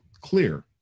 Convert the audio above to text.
clear